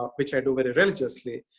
ah which i do very religiously.